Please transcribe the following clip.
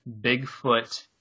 Bigfoot